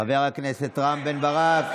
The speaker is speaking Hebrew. חבר הכנסת רם בן ברק.